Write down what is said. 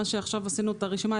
מה שעכשיו עשינו את הרשימה,